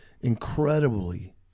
incredibly